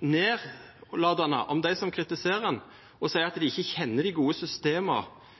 nedlatande om dei som kritiserer han, og seier at dei ikkje kjenner dei gode systema